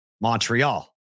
Montreal